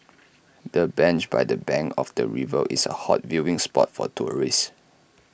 the bench by the bank of the river is A hot viewing spot for tourists